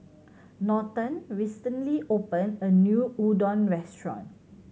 Norton recently opened a new Udon restaurant